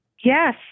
Yes